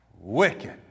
wicked